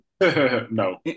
No